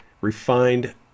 refined